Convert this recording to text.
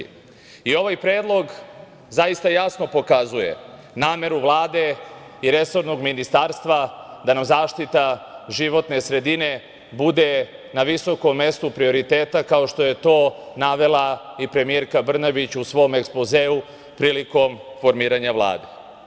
I ovaj Predlog zaista jasno pokazuje nameru Vlade i resornog ministarstva da nam zaštita životne sredine bude na visokom mestu prioriteta, kao što je to navela i premijerka Brnabić u svom ekspozeu prilikom formiranja Vlade.